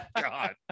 god